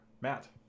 matt